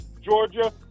Georgia